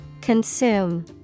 Consume